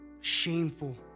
shameful